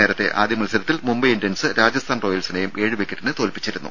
നേരത്തെ ആദ്യ മത്സരത്തിൽ മുംബൈ ഇന്ത്യൻസ് രാജസ്ഥാൻ റോയൽസിനെയും ഏഴ് വിക്കറ്റിന് തോൽപ്പിച്ചിരുന്നു